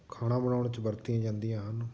ਖਾਣਾ ਬਣਾਉਣ 'ਚ ਵਰਤੀਆਂ ਜਾਂਦੀਆਂ ਹਨ